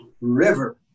river